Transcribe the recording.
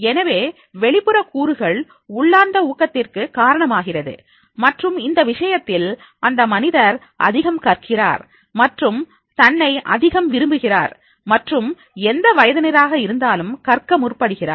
எனவே வெளிப்புற கூறுகள் உள்ளார்ந்த ஊக்கத்திற்கு காரணமாகிறது மற்றும் இந்த விஷயத்தில் அந்த மனிதர் அதிகம் கற்கிறார் மற்றும் தன்னை அதிகம் நம்புகிறார் மற்றும் எந்த வயதினராக இருந்தாலும் கற்க முற்படுகிறார்